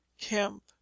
Kemp